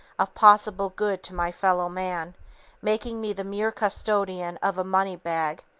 of possible good to my fellow-man, making me the mere custodian of a money-bag,